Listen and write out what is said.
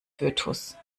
fötus